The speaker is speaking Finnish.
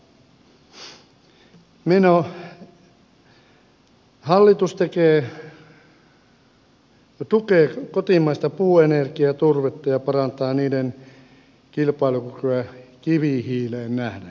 hallitus tukee kotimaista puuenergiaa ja turvetta ja parantaa niiden kilpailukykyä kivihiileen nähden